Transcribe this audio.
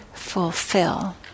Fulfill